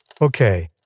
Okay